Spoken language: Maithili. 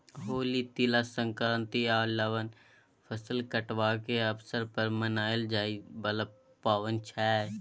होली, तिला संक्रांति आ लबान फसल कटबाक अबसर पर मनाएल जाइ बला पाबैन छै